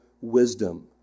wisdom